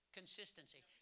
consistency